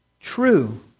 true